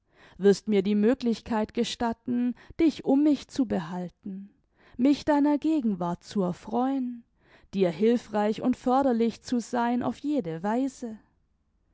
wirst mir die möglichkeit gestatten dich um mich zu behalten mich deiner gegenwart zu erfreuen dir hilfreich und förderlich zu sein auf jede weise